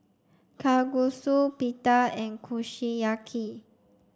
Kalguksu Pita and Kushiyaki